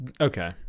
Okay